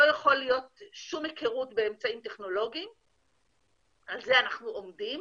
לא יכולה להיות היכרות באמצעים טכנולוגים ועל זה אנחנו עומדים.